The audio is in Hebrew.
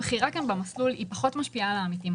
הבחירה כאן במסלול פחות משפיעה על העמיתים.